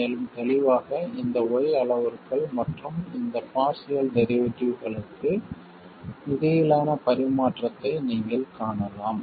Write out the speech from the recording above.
மேலும் தெளிவாக இந்த y அளவுருக்கள் மற்றும் இந்த பார்சியல் டெரிவேட்டிவ்களுக்கு இடையிலான பரிமாற்றத்தை நீங்கள் காணலாம்